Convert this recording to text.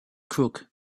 crook